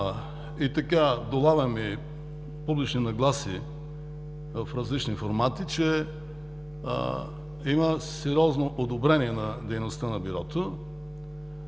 Вие, а долавям и публични нагласи в различни формати, че има сериозно одобрение на дейността на Бюрото,